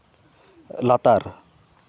ᱞᱟᱛᱟᱨ